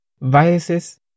viruses